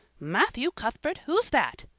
matthew cuthbert, who's that?